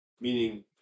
Meaning